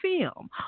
film